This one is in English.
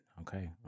Okay